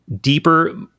deeper